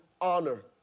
honor